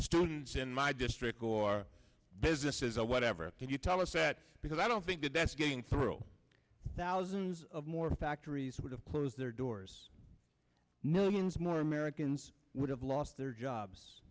students in my district or businesses or whatever can you tell us that because i don't think that that's getting through thousands of more factories would have closed their doors millions more americans would have lost their jobs